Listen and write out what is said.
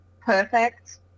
perfect